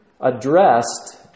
addressed